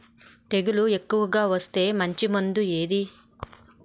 తెగులు ఎక్కువగా వస్తే మంచి మందులు ఏవి?